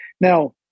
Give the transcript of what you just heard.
Now